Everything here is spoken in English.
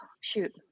shoot